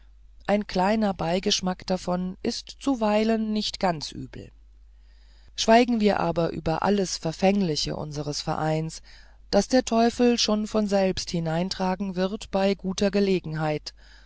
ein kleiner beigeschmack davon ist zuweilen nicht ganz übel schweigen wir aber über alles verfängliche unseres vereins das der teufel schon von selbst hineintragen wird bei guter gelegenheit